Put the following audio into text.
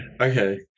Okay